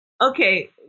Okay